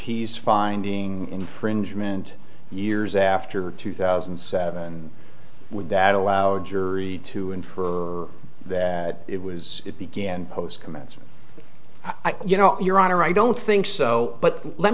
he's finding infringement years after two thousand and seven would that allowed your to infer that it was it began post comments or i you know your honor i don't think so but let